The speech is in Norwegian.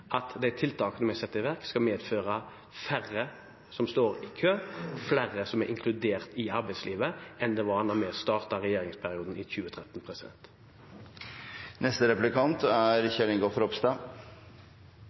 at de tiltakene vi setter i verk, skal medføre færre som står i kø, og flere som er inkludert i arbeidslivet, enn det var da vi startet regjeringsperioden i 2013.